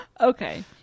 okay